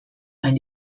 hain